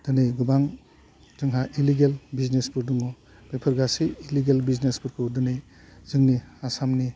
दोनै गोबां जोंहा इलेगेल बिजनेसफोर दङ बेफोर गासै इलेगेल बिजनेसफोरखौ दिनै जोंनि आसामनि